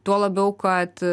tuo labiau kad